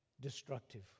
destructive